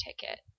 ticket